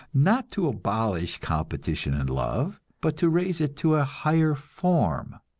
not to abolish competition in love, but to raise it to a higher form.